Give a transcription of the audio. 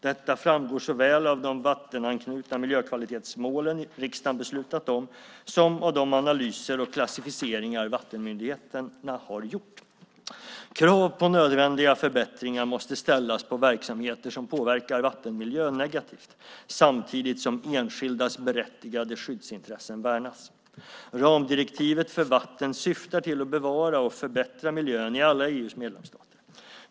Detta framgår såväl av de vattenanknutna miljökvalitetsmålen riksdagen beslutat om som av de analyser och klassificeringar vattenmyndigheterna gjort. Krav på nödvändiga förbättringar måste ställas på verksamheter som påverkar vattenmiljön negativt, samtidigt som enskildas berättigade skyddsintressen värnas. Ramdirektivet för vatten syftar till att bevara och förbättra miljön i alla EU:s medlemsstater.